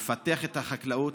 לפתח את החקלאות,